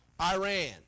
Iran